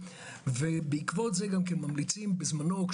ובעקבות זה גם ממליצים בזמנו,